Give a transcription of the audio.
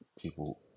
people